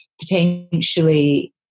potentially